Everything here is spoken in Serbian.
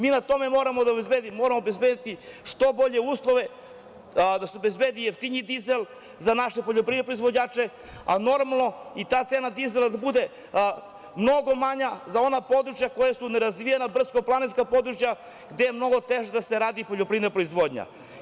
Mi na tome moramo obezbediti što bolje uslove, da se obezbedi jeftiniji dizel za naše poljoprivredne proizvođače, a normalno i ta cena dizela da bude mnogo manja za ona područja koja su nerazvijena, brdsko-planinska područja gde je mnogo teže da se radi poljoprivredna proizvodnja.